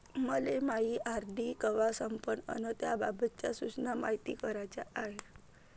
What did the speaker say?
मले मायी आर.डी कवा संपन अन त्याबाबतच्या सूचना मायती कराच्या हाय